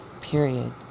period